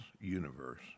universe